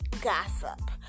gossip